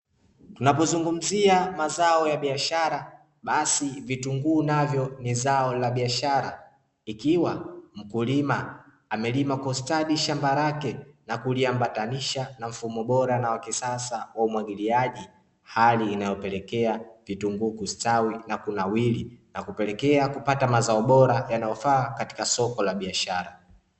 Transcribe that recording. Tunapo zungumzia mazao ya biashara, basi vitunguu navyo ni zao la biashara ikiwa mkulima amelima kwa ustadi shamba lake na kuliambatanisha na mfumo bora na wa kisasa wa umwagiliaji, hali inayopelekea vitunguu kustawi na kunawiri na kupelekea kupata mazao bora yanayofaa katika soko la biashara.